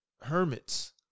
hermits